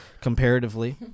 comparatively